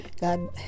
God